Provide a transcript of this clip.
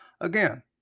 again